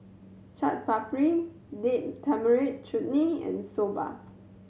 Chaat Papri Date Tamarind Chutney and Soba